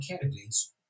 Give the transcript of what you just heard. candidates